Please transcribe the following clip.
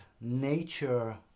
nature